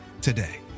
today